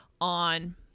on